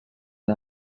the